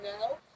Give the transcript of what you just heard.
now